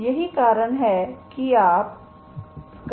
यही कारण है कि आप ∂u∂n